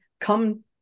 come